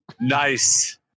Nice